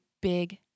big